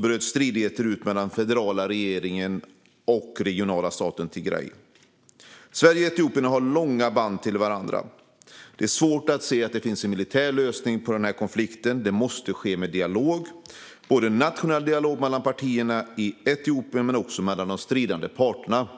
bröt stridigheter ut mellan den federala regeringen och den regionala staten Tigray. Sverige och Etiopien har sedan länge band till varandra. Det är svårt att se att det finns en militär lösning på den här konflikten, utan det måste ske med dialog - både nationell dialog mellan partierna i Etiopien och dialog mellan de stridande parterna.